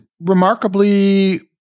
remarkably